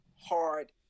hard